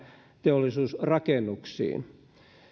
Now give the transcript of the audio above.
teollisuusrakennuksiin